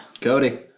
Cody